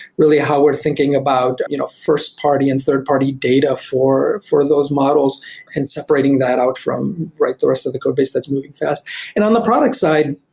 really how we are thinking about you know first party and third party data for for those models and separating that out from right the rest of the codebase that is moving fast and on the product side,